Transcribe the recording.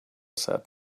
said